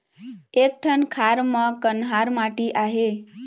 एक ठन खार म कन्हार माटी आहे?